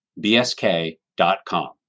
bsk.com